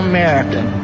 American